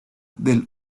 del